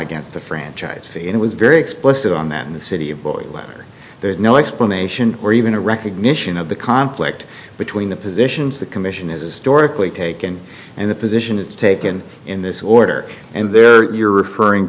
against the franchise fee and it was very explicit on that in the city boy where there is no explanation or even a recognition of the conflict between the positions the commission has historically taken and the position is taken in this order and there you're referring